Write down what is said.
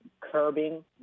curbing